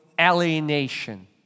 alienation